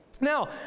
Now